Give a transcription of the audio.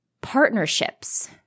partnerships